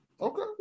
Okay